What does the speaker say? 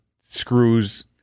screws